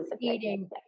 eating